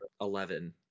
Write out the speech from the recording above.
eleven